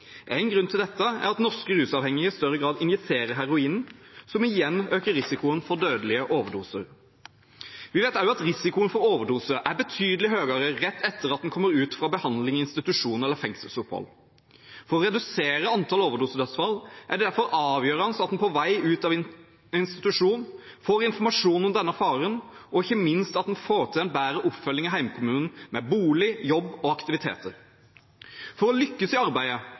En grunn til dette er at norske rusavhengige i større grad injiserer heroinen, som igjen øker risikoen for dødelig overdose. Vi vet også at risikoen for overdose er betydelig høyere rett etter at en kommer ut fra behandling i institusjon eller fra fengselsopphold. For å redusere antall overdosedødsfall er det derfor avgjørende at en på vei ut av institusjon får informasjon om denne faren og ikke minst at en får bedre oppfølging i hjemkommunen med bolig, jobb og aktivitet. For å lykkes i arbeidet